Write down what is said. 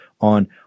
on